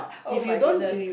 oh my goodness